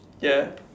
ya